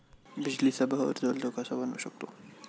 बिजलीचा बहर जलद कसा बनवू शकतो?